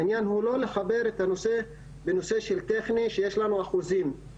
העניין הוא לא לחבר את הנושא לנושא טכני שיש לנו אחוזים.